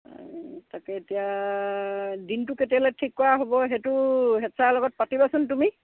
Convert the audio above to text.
তাকে এতিয়া দিনটো কেতিয়ালৈ ঠিক কৰা হ'ব সেইটো হেড ছাৰৰ লগত পাতিবাচোন তুমি